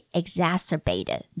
exacerbated